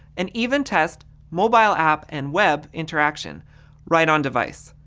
and even test mobile app and web interaction right on device.